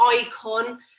icon